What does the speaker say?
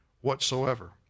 whatsoever